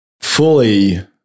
Fully